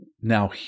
Now